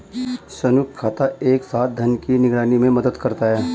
संयुक्त खाता एक साथ धन की निगरानी में मदद करता है